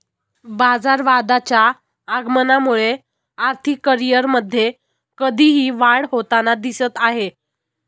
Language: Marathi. बाजारवादाच्या आगमनामुळे आर्थिक करिअरमध्ये कधीही वाढ होताना दिसत आहे